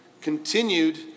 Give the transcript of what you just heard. continued